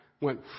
went